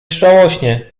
żałośnie